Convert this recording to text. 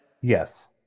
Yes